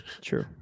True